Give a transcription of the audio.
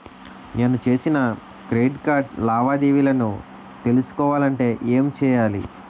నేను చేసిన credit card లావాదేవీలను తెలుసుకోవాలంటే ఏం చేయాలి?